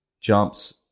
jumps